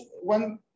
one